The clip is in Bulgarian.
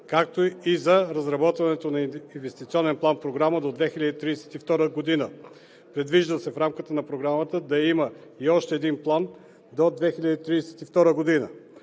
както и за разработването на Инвестиционния план-програма до 2032 г. Предвижда се в рамките на Програмата да има още един план до 2032 г.